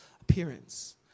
appearance